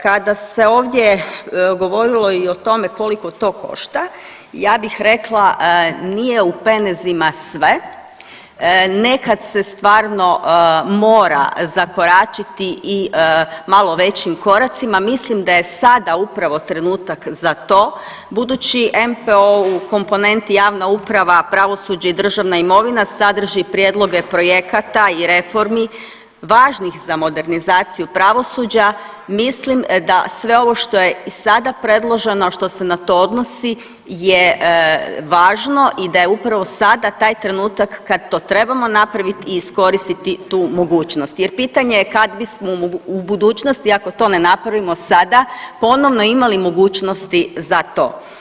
Kada se ovdje govorilo i o tome koliko to košta, ja bih rekla, nije u penezima sve, nekad se stvarno mora zakoračiti i malo većim koracima, mislim da je sada upravo trenutak za to, budući NPOO u komponenti javna uprava, pravosuđe i državna imovina sadrži prijedloge projekata i reformi važnih za modernizaciju pravosuđa, mislim da sve ovo što je i sada predloženo, a što se na to odnosi je važno i da je upravo sada taj trenutak kad to trebamo napraviti i iskoristiti tu mogućnost jer pitanje je kad bismo u budućnosti, ako to ne napravimo sada, ponovno imali mogućnosti za to.